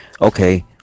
Okay